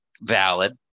valid